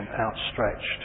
outstretched